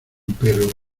pero